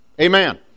Amen